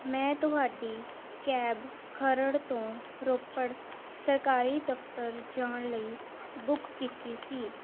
ਮੈਂ ਤੁਹਾਡੀ ਕੈਬ ਖਰੜ ਤੋਂ ਰੋਪੜ ਸਰਕਾਰੀ ਦਫਤਰ ਜਾਣ ਲਈ ਬੁੱਕ ਕੀਤੀ ਸੀ